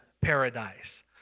paradise